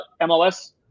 MLS